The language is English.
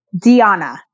Diana